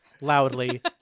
loudly